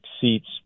seats